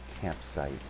campsite